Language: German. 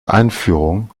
einführung